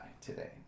today